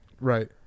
Right